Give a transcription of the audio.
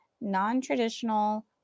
non-traditional